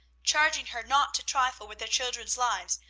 charging her not to trifle with their children's lives,